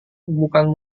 bukan